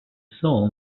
soul